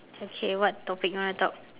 okay what topic you want to talk